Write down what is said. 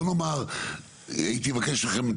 בוא נאמר הייתי מבקש מכם,